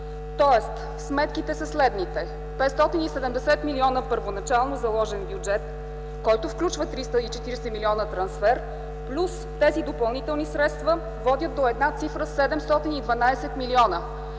Тоест сметките са следните: 570 милиона първоначално заложен бюджет, който включва 340 милиона трансфер, плюс тези допълнителни средства, водят до цифрата 712 милиона,